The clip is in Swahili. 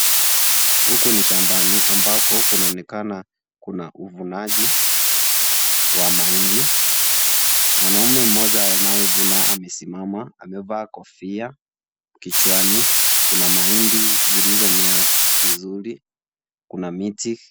Huku ni shambani ambako kunaonekana kuna uvunaji wa mahindi , mwanaume mmoja anatyevuna anasimama amevaa kofia kichwani , kuna mahindi zilizomea vizuri kuna miti.